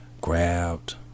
Grabbed